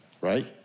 Right